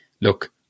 look